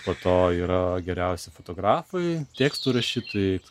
po to yra geriausi fotografai tekstų rašytojai